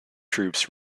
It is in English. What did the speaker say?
troops